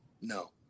no